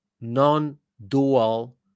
non-dual